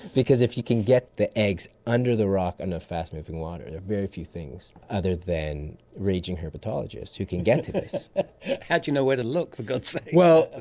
because if you can get the eggs under the rock under fast moving water there are very few things other than raging herpetologists who can get to this. how do you know where to look, for god's sake? ah